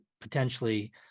potentially